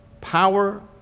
Power